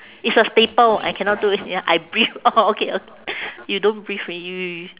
it's a staple I cannot do this ya I breathe orh okay ok~ you don't breathe already you